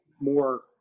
more